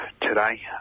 today